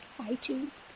iTunes